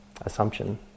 assumption